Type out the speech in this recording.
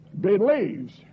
believes